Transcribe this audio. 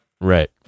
Right